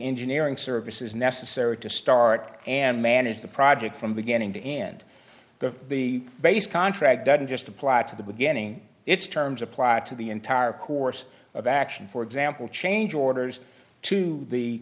engineering services necessary to start and manage the project from beginning to end the the base contract doesn't just apply to the beginning it's terms applied to the entire course of action for example change orders to the